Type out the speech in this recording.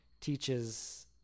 teaches